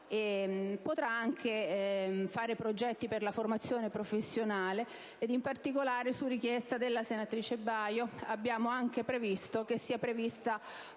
potrà anche fare progetti per la formazione professionale. In particolare, su richiesta della senatrice Baio, abbiamo anche previsto una formazione